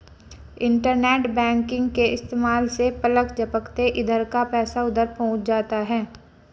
internet banking के इस्तेमाल से पलक झपकते इधर का पैसा उधर पहुँच जाता है